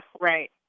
right